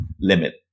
limit